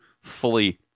fully